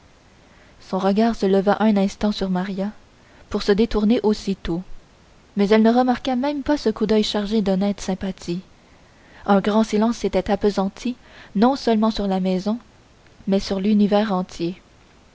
son regard se leva un instant sur maria pour se détourner aussitôt mais elle ne remarqua même pas ce coup d'oeil chargé d'honnête sympathie un grand silence s'était appesanti non seulement dans la maison mais sur l'univers entier